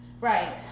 right